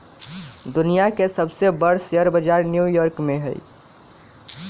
दुनिया के सबसे बर शेयर बजार न्यू यॉर्क में हई